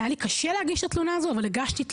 היה לי קשה להגיש את התלונה הזו אבל הגשתי תלונה.